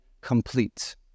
complete